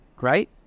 Right